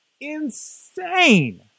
Insane